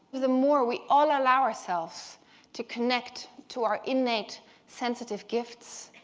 the more we all allow ourselves to connect to our innate sensitive gifts,